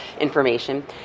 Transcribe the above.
information